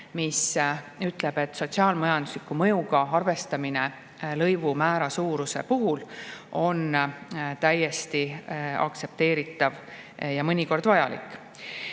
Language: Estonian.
mis ütleb, et sotsiaal-majandusliku mõjuga arvestamine lõivu määra suuruse puhul on täiesti aktsepteeritav ja mõnikord vajalik.